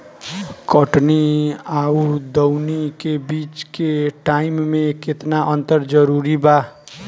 कटनी आउर दऊनी के बीच के टाइम मे केतना अंतर जरूरी बा?